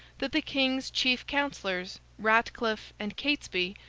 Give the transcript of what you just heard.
that the king's chief counsellors, ratcliffe and catesby,